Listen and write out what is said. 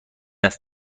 است